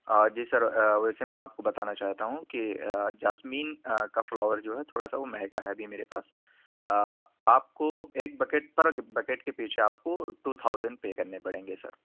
جی sir ویسے میں آپ کو بتانا چاہتا ہوں کہ جاسمین کا فلاور جو ہے تھوڑا سا وہ مہنگا ہے ابھی میرے پاس آپ کو ایک بکیٹ پر بکیٹ کے پیچھے آپ کو ٹو تھاؤزینڈ پے کرنے پڑیں گے سر